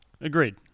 Agreed